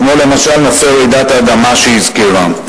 כמו למשל נושא רעידת האדמה שהזכירה.